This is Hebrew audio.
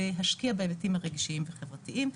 להשקיע בהיבטים הרגשיים וחברתיים.